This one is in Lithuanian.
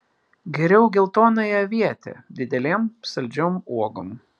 geriau geltonąją avietę didelėm saldžiom uogom